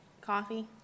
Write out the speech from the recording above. coffee